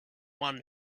one